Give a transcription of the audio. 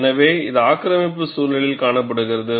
எனவே இது ஆக்கிரமிப்பு சூழலில் காணப்படுகிறது